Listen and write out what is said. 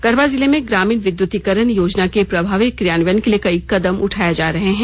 गढ़वा जिले में ग्रामीण विद्युतीकरण योजना के प्रभावी कियान्वयन के लिए कई कदम उठाये जा रहे हैं